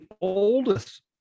oldest